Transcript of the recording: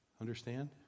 Understand